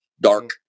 dark